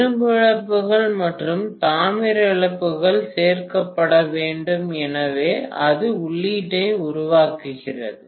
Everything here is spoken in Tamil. இரும்பு இழப்புகள் மற்றும் தாமிர இழப்புகள் சேர்க்கப்பட வேண்டும் எனவே அது உள்ளீட்டை உருவாக்குகிறது